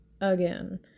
Again